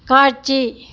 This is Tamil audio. காட்சி